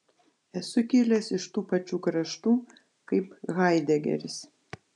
esu kilęs iš tų pačių kraštų kaip haidegeris